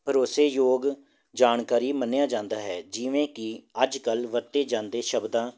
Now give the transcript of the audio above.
ਭਰੋਸੇਯੋਗ ਜਾਣਕਾਰੀ ਮੰਨਿਆ ਜਾਂਦਾ ਹੈ ਜਿਵੇਂ ਕਿ ਅੱਜ ਕੱਲ੍ਹ ਵਰਤੇ ਜਾਂਦੇ ਸ਼ਬਦਾਂ